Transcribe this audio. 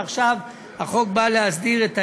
ועכשיו החוק בא להסדיר את העניין.